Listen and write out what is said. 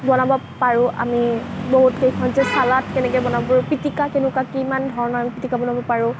বনাব পাৰোঁ আমি বহুত কেইখন যে চালাদ কেনেকৈ বনাব পাৰোঁ পিটিকা কেনেকুৱা কিমান ধৰণৰ পিটিকা বনাব পাৰোঁ